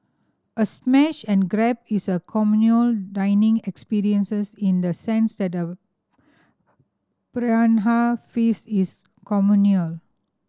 a smash and grab is a communal dining experience in the sense that a piranha feast is communal